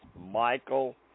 Michael